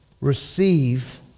Receive